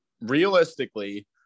realistically